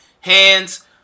hands